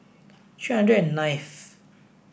three hundred ninth